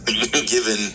given